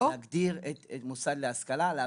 להגדיר מוסד להשכלה, להבנתי.